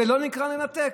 זה לא נקרא לנתק?